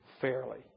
fairly